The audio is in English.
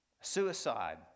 suicide